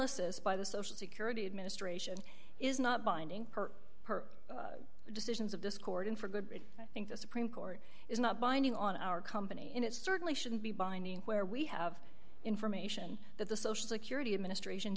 analysis by the social security administration is not binding per the decisions of discord and for good i think the supreme court is not binding on our company and it certainly shouldn't be binding where we have information that the social security administration